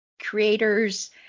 creators